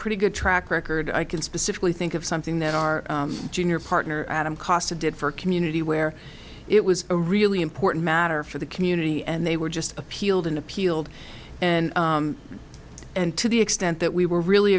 pretty good track record i can specifically think of something that our junior partner adam costa did for a community where it was a really important matter for the community and they were just appealed and appealed and and to the extent that we were really